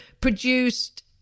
produced